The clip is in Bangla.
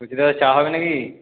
বলছি দাদা চা হবে নাকি